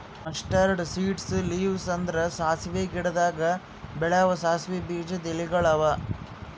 mustard seeds leaves ಅಂದುರ್ ಸಾಸಿವೆ ಗಿಡದಾಗ್ ಬೆಳೆವು ಸಾಸಿವೆ ಬೀಜದ ಎಲಿಗೊಳ್ ಅವಾ